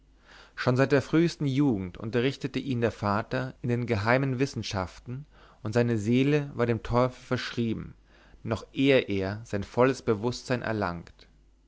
schon seit der frühesten jugend unterrichtete ihn der vater in den geheimen wissenschaften und seine seele war dem teufel verschrieben noch ehe er sein volles bewußtsein erlangt